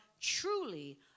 truly